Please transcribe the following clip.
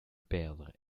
perdre